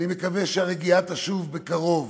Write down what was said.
אני מקווה שהרגיעה תשוב בקרוב,